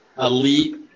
Elite